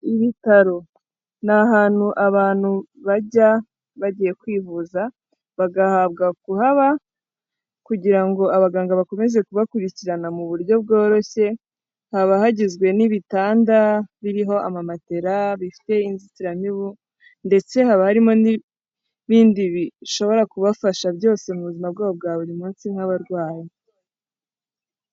Ibitaro ni ahantu abantu bajya bagiye kwivuza, bagahabwa kuhaba, kugira ngo abaganga bakomeze kubakurikirana mu buryo bworoshye, haba hagizwe n'ibitanda biriho amamaterara, bifite inzitiramibu, ndetse haba harimo n'ibindi bishobora kubafasha byose mu buzima bwabo bwa buri munsi nk'abarwayi.